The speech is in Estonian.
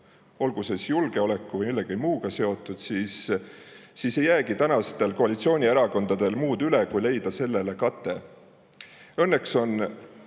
olgu need julgeoleku või millegi muuga seotud, siis ei jäägi koalitsioonierakondadel muud üle kui leida neile kate. Õnneks on